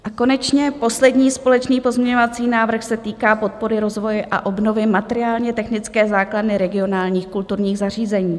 A konečně poslední společný pozměňovací návrh se týká podpory rozvoje a obnovy materiálnětechnické základny regionálních kulturních zařízení.